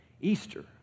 Easter